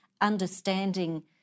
understanding